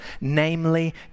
namely